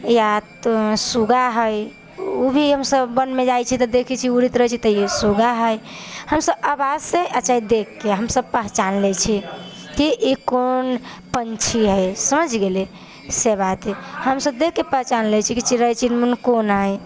या सुग्गा हइ ओ भी हमसब वन मे जाइ छियै तऽ देखै छियै उड़ैत रहै छै तऽ ई सुग्गा हइ हमसब आवाज से चाहे देख के भी हमसब पहचान लै छियै की ई कौन पंक्षी हइ समझि गेलीयै से बात हमसब देख के पहचान लै छी की चिड़ै चुनमुन कोन हइ